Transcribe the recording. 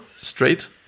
straight